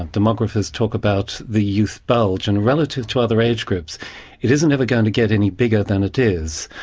demographers talk about the youth bulge and relative to other age groups it isn't ever going to get any bigger than it is.